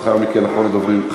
ולאחר מכן אחרון הדוברים,